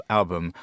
album